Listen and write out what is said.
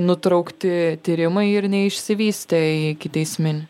nutraukti tyrimai ir neišsivystė į ikiteisminį